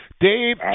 Dave